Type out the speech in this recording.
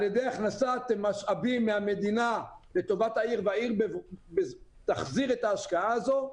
על-ידי הכנסת משאבים מהמדינה לטובת העיר והעיר תחזיר את ההשקעה הזאת.